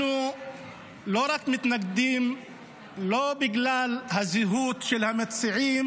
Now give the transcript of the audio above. אנחנו מתנגדים לא רק בגלל הזהות של המציעים